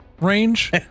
range